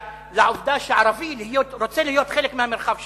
לעובדה שערבי רוצה להיות חלק מהמרחב שלו.